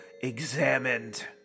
Examined